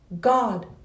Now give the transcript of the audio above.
God